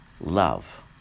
love